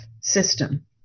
system